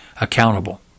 accountable